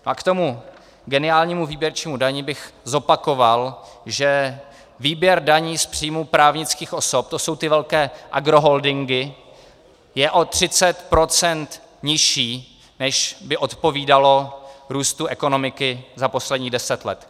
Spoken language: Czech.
A k tomu geniálnímu výběrčímu daní bych zopakoval, že výběr daní z příjmů právnických osob, to jsou ty velké agroholdingy, je o 30 % nižší, než by odpovídalo růstu ekonomiky za posledních 10 let.